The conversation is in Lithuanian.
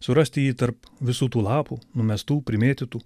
surasti jį tarp visų tų lapų numestų primėtytų